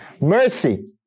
Mercy